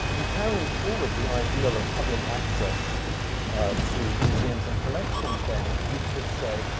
in carrying forward the ideal of public access to museums and collections, then, you could say,